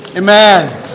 Amen